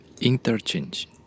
Interchange